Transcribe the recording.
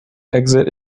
exit